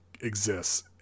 exists